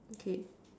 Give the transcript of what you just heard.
okay